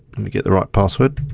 let me get the right password.